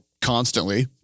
constantly